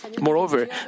Moreover